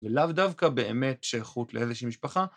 ולאו דווקא באמת שייכות לאיזושהי משפחה.